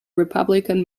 republican